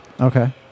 okay